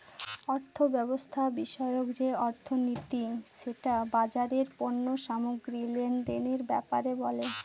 অর্থব্যবস্থা বিষয়ক যে অর্থনীতি সেটা বাজারের পণ্য সামগ্রী লেনদেনের ব্যাপারে বলে